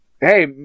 hey